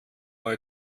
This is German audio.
bei